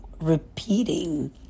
repeating